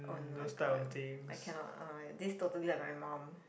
oh no god I cannot uh this totally like my mum